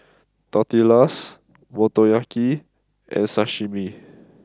Tortillas Motoyaki and Sashimi